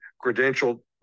credential